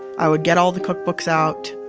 i would get all the cookbooks out.